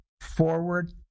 forward